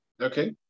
okay